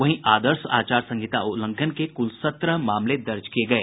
वहीं आदर्श आचार संहिता उल्लंघन के कुल सत्रह मामले दर्ज किये गये